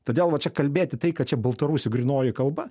todėl va čia kalbėti tai kad čia baltarusių grynoji kalba